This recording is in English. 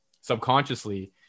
subconsciously